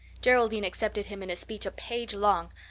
geraldine accepted him in a speech a page long.